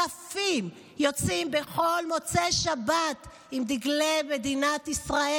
אלפים יוצאים בכל מוצאי שבת עם דגלי מדינת ישראל.